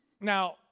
Now